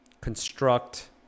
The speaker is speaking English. construct